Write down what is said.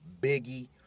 Biggie